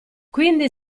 quindi